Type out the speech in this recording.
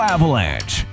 Avalanche